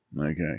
Okay